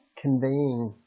conveying